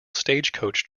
stagecoach